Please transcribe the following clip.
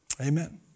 Amen